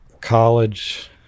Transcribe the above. college